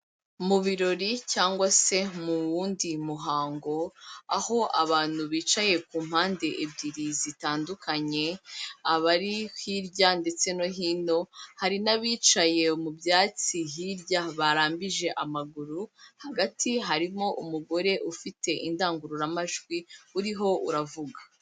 Mu birori cyangwa se mu wundi muhango, aho abantu bicaye ku mpande ebyiri zitandukanye, abari hirya ndetse no hino, hari n'abicaye mu byatsi hirya barambije amaguru, hagati harimo umugore ufite indangururamajwi, uriho uravuga.